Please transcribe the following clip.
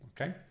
okay